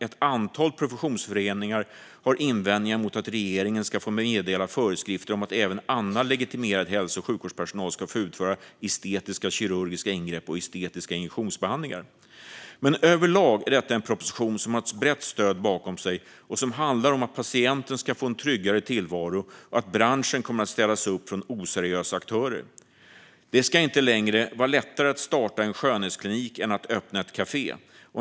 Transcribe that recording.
Ett antal professionsföreningar har invändningar mot att regeringen ska få meddela föreskrifter om att även annan legitimerad hälso och sjukvårdspersonal ska få utföra estetiska kirurgiska ingrepp och estetiska injektionsbehandlingar. Men överlag är detta en proposition som har ett brett stöd bakom sig och som handlar om att patienten ska få en tryggare tillvaro och att branschen kommer att städas upp från oseriösa aktörer. Det ska inte längre vara lättare att starta en skönhetsklinik än att öppna ett kafé.